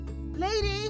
lady